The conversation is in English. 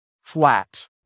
flat